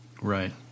Right